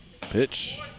Pitch